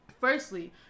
Firstly